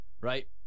right